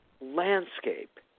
landscape